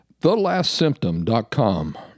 TheLastSymptom.com